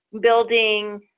building